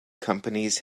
companies